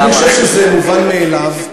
אני חושב שזה מובן מאליו,